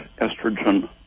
estrogen